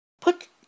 put